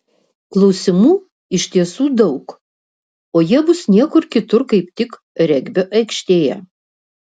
klausimų iš tiesų daug o jie bus niekur kitur kaip tik regbio aikštėje